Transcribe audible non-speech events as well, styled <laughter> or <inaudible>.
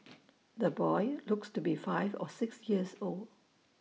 <noise> the boy looks to be five or six years old